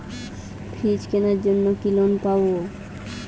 Fridge কেনার জন্য কি লোন পাব?